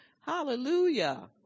Hallelujah